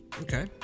Okay